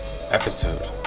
episode